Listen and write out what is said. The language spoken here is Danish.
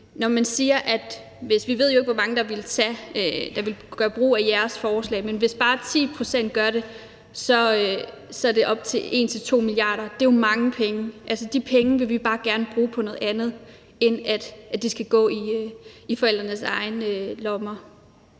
forslag, men hvis bare 10 pct. gjorde det, så er det op til 1-2 mia. kr., og det er jo mange penge. Altså, de penge vil vi bare gerne have skal bruges til noget andet end til at gå i forældrenes egne lommer.